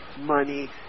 money